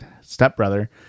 stepbrother